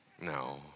No